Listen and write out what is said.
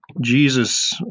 Jesus